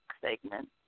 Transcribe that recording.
segment